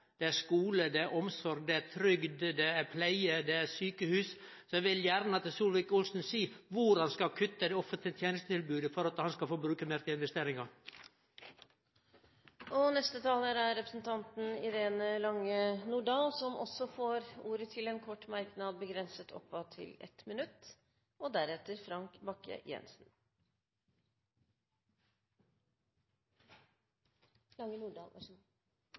Det er skole, det er omsorg, det er trygd, det er pleie, det er sjukehus – så eg vil gjerne at Solvik-Olsen seier kor han skal kutte det offentlige tenestetilbodet for at han skal få bruke meir til investeringar. Irene Lange Nordahl har hatt ordet to ganger og får ordet til en kort merknad, begrenset til 1 minutt.